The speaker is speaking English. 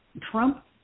Trump